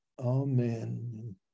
Amen